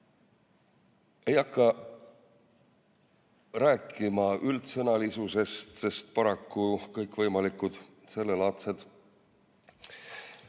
Ei hakka rääkima üldsõnalisusest, sest paraku kõikvõimalikud sellelaadsed